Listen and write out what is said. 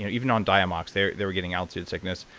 yeah even on diamox, they they were getting altitude sickness.